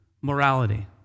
morality